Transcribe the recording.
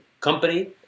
company